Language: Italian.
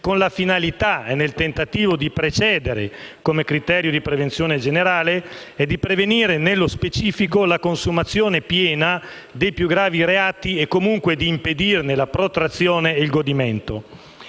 con la finalità e nel tentativo di precedere (come criterio di prevenzione generale) e di prevenire, nello specifico, la consumazione piena dei più gravi reati e comunque di impedirne la protrazione ed il godimento.